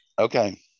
Okay